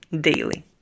daily